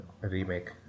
remake